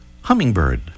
Hummingbird